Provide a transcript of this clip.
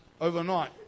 overnight